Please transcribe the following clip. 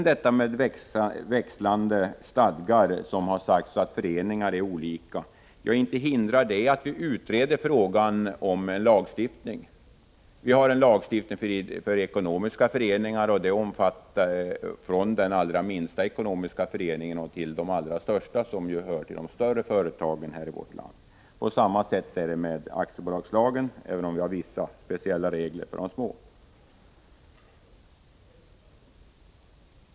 Det har vidare sagts att föreningar har olika stadgar. Det hindrar inte att vi utreder frågan om en lagstiftning. Det finns en lagstiftning för ekonomiska föreningar, och den omfattar alla, från de allra minsta ekonomiska föreningarna till de allra största, dit några av de större företagen i vårt land hör. Det är på samma sätt med aktiebolagslagen, även om det finns vissa, speciella regler för de små bolagen.